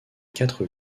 quatre